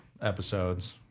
episodes